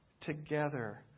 together